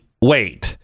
wait